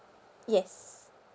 yes